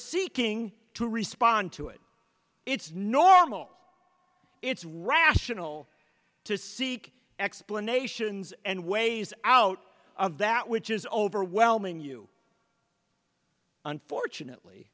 seeking to respond to it it's normal it's rational to seek explanations and ways out of that which is overwhelming you unfortunately